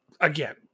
Again